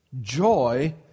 joy